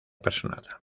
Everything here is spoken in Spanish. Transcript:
personal